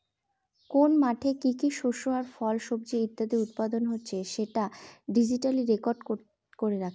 কোন মাঠে কি কি শস্য আর ফল, সবজি ইত্যাদি উৎপাদন হচ্ছে সেটা ডিজিটালি রেকর্ড করে রাখে